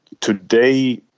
today